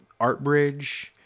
Artbridge